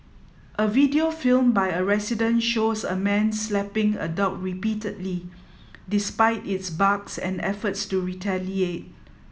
a video filmed by a resident shows a man slapping a dog repeatedly despite its barks and efforts to retaliate